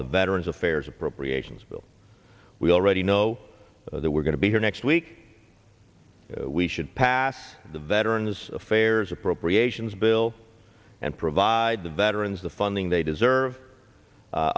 the veterans affairs appropriations bill we already know that we're going to be here next week we should pass the veterans affairs appropriations bill and provide the veterans the funding they deserve